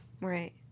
Right